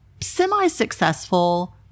semi-successful